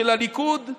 של הליכוד,